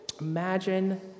Imagine